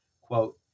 Quote